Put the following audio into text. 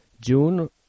June